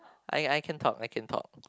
I I can talk I can talk